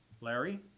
Larry